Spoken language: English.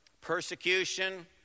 persecution